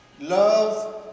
Love